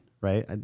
right